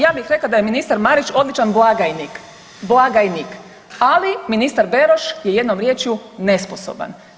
Ja bih rekla da je ministar Marić odličan blagajnik, blagajnik, ali ministar Beroš je jednom riječju nesposoban.